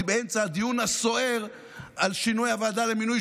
באמצע הדיון הסוער על שינוי הוועדה למינוי